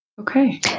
Okay